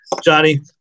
Johnny